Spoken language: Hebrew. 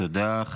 תודה.